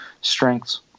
strengths